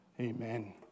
Amen